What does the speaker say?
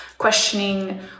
questioning